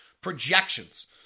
projections